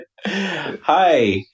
Hi